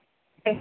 আচ্ছা thank you